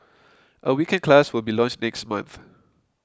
a weekend class will be launched next month